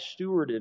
stewarded